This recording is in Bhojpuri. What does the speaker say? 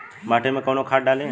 माटी में कोउन खाद डाली?